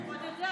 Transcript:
מה זה?